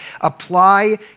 Apply